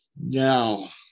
Now